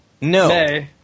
No